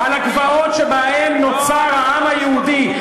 על הגבעות שבהן נוצר העם היהודי.